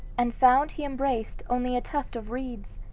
and found he embraced only a tuft of reeds!